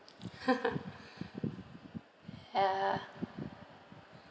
yeah